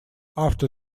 after